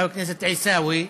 חבר הכנסת עיסאווי,